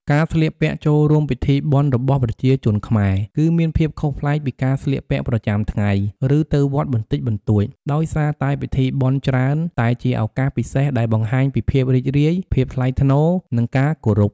ការស្លៀកពាក់ចូលរួមពិធីបុណ្យរបស់ប្រជាជនខ្មែរ គឺមានភាពខុសប្លែកពីការស្លៀកពាក់ប្រចាំថ្ងៃ ឬទៅវត្តបន្តិចបន្តួច ដោយសារតែពិធីបុណ្យច្រើនតែជាឱកាសពិសេសដែលបង្ហាញពីភាពរីករាយ ភាពថ្លៃថ្នូរ និងការគោរព។